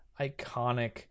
iconic